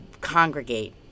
congregate